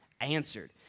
answered